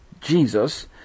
Jesus